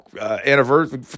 anniversary